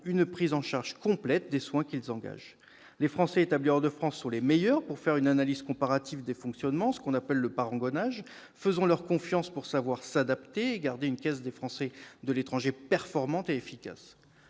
une prise en charge complète des soins qu'ils engagent. Les Français établis hors de France sont les meilleurs pour faire une analyse comparative des fonctionnements, ce qu'on appelle le « parangonnage ». Faisons-leur confiance pour savoir s'adapter et garder une caisse des Français de l'étranger performante et efficace